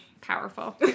powerful